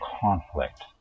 conflict